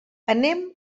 anem